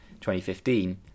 2015